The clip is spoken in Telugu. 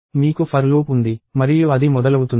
మీకు for లూప్ ఉంది మరియు అది మొదలవుతుంది